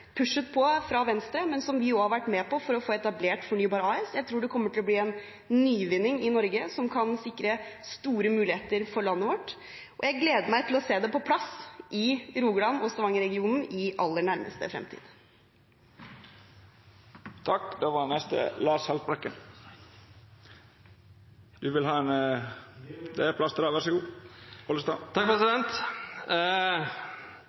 pushet på fra Venstre, men som vi også har vært med på for å få etablert Fornybar AS. Jeg tror det kommer til å bli en nyvinning i Norge som kan sikre store muligheter for landet vårt, og jeg gleder meg til å se det på plass i Rogaland og i Stavanger-regionen i aller nærmeste fremtid. Eg vil berre retta på at eg ikkje er yngst blant dei eldste, men eldst blant dei yngste. Til spørsmålet: Det